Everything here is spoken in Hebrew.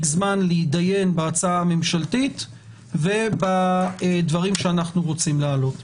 זמן להתדיין בהצעה הממשלתית ובדברים שאנחנו רוצים להעלות.